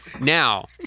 Now